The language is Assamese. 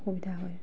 অসুবিধা হয়